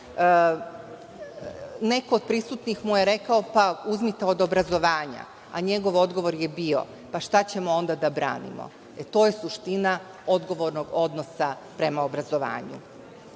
Neko od prisutnih mu je rekao – pa uzmite od obrazovanja. A njegov odgovor je bio – pa šta ćemo onda da branimo. To je suština odgovornog odnosa prema obrazovanju. Obrazovanje